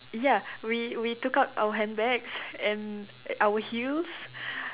ya we we took out our handbags and our heels